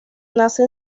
nace